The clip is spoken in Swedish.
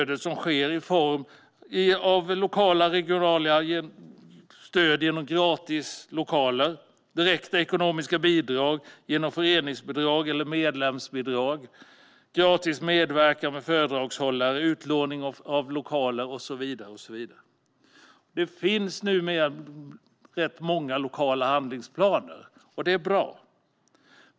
Detta sker i form av lokala och regionala stöd genom gratis lokaler, direkta ekonomiska bidrag, föreningsbidrag eller medlemsbidrag, gratis medverkan med föredragshållare, utlåning av offentliga lokaler och så vidare. Numera finns det rätt många kommunala handlingsplaner, och det är bra.